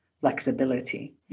flexibility